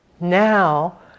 now